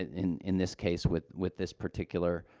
in in this case, with with this particular,